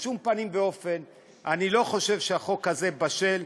בשום פנים ואופן אני לא חושב שהחוק הזה בשל.